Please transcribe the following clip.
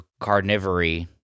carnivory